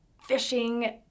fishing